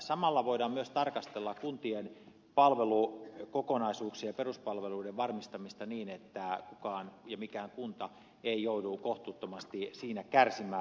samalla voidaan myös tarkastella kuntien palvelukokonaisuuksia peruspalveluiden varmistamista niin että mikään kunta ei joudu kohtuuttomasti kärsimään